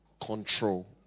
control